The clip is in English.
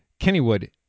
Kennywood